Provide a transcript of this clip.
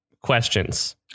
questions